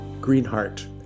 Greenheart